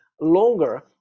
longer